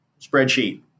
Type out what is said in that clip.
spreadsheet